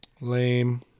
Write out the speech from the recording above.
Lame